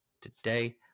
today